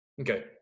Okay